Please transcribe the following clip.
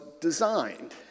designed